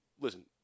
listen